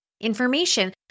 information